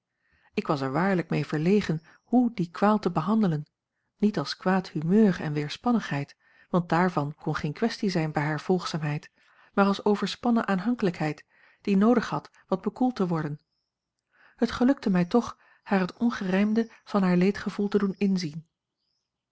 ik was er waarlijk mee verlegen hoe die kwaal te behandelen niet als kwaad humeur en weerspannigheid want daarvan kon geen kwestie zijn bij hare volgzaamheid maar als overspannen aanhankelijkheid die noodig had wat bekoeld te worden het gelukte mij toch haar het ongerijmde van haar leedgevoel te doen inzien